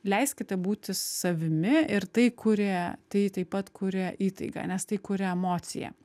leiskite būti savimi ir tai kuria tai taip pat kuria įtaigą nes tai kuria emociją